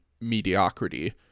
mediocrity